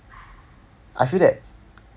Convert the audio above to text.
I feel that